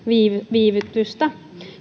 viivytystä